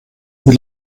wie